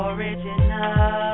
Original